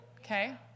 Okay